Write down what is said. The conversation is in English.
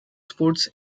sports